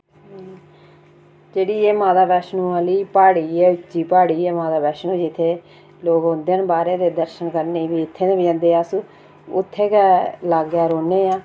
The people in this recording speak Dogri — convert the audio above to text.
जेह्ड़ी एह् माता वैश्णो आह्ली प्हाड़ी ऐ उच्ची पहाड़ी ऐ माता वैश्णो जित्थै लोक औंदे न बाह्रे दे दर्शन बी ते इत्थै बी जंदे अस उत्थै गै लागै रौह्न्ने आं